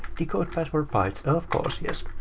decodepasswordbytes. of course, yes.